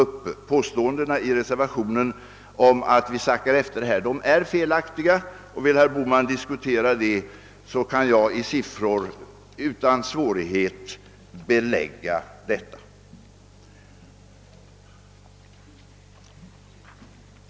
Påståendena i reservationen 3 om att vi sackar efter härvidlag är alltså felaktiga. Vill herr Bohman diskutera den saken, kan jag utan svårighet belägga min uppgift med siffror.